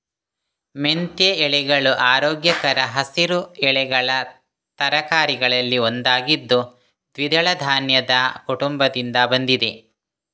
ಮೆಂತ್ಯ ಎಲೆಗಳು ಆರೋಗ್ಯಕರ ಹಸಿರು ಎಲೆಗಳ ತರಕಾರಿಗಳಲ್ಲಿ ಒಂದಾಗಿದ್ದು ದ್ವಿದಳ ಧಾನ್ಯದ ಕುಟುಂಬದಿಂದ ಬಂದಿದೆ